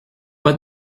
pas